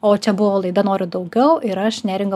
o čia buvo laida noriu daugiau ir aš neringa